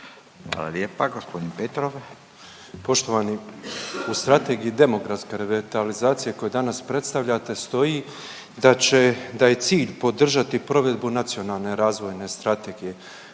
Hvala lijepa. Gospodin Petrov. **Petrov, Božo (MOST)** Poštovani, u Strategiji demografske revitalizacije koju danas predstavljate stoji da će, da je cilj podržati provedbu Nacionalne razvojne strategije.